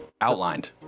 Outlined